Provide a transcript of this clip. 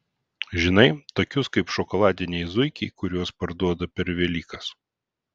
žinai tokius kaip šokoladiniai zuikiai kuriuos parduoda per velykas